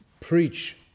preach